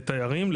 לתארים?